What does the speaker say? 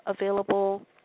available